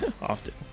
Often